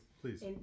Please